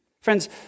Friends